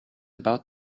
about